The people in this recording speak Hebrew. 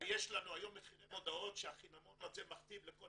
ויש לנו מחירי מודעות שהחינמון מכתיב לכל